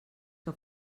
que